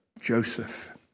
Joseph